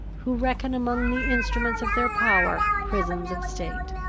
who reckon among the instruments of their power prisons of state.